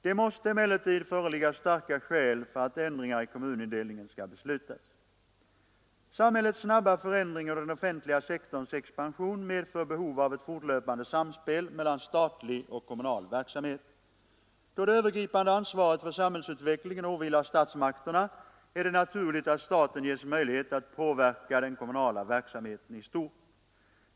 Det måste emellertid föreligga starka skäl för att ändringar i kommunindelningen skall beslutas. Samhällets snabba förändring och den offentliga sektorns expansion medför behov av ett fortlöpande samspel mellan statlig och kommunal verksamhet. Då det övergripande ansvaret för samhällsutvecklingen åvilar statsmakterna är det naturligt att staten ges möjlighet att påverka den kommunala verksamheten i stort.